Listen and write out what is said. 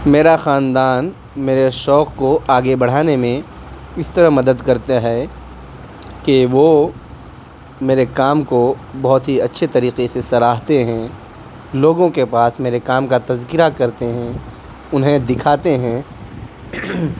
میرا خاندان میرے شوق کو آگے بڑھانے میں اس طرح مدد کرتے ہیں کہ وہ میرے کام کو بہت ہی اچھے طریقے سے سراہتے ہیں لوگوں کے پاس میرے کام کا تذکرہ کرتے ہیں انہیں دکھاتے ہیں